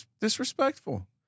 disrespectful